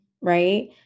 right